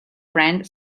friend